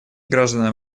гражданам